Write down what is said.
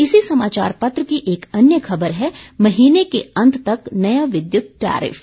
इसी समाचार पत्र की एक अन्य खबर है महीने के अंत तक नया विद्युत टैरिफ